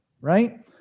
right